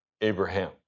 Abraham